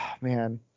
Man